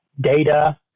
data